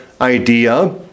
idea